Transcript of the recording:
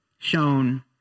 Shown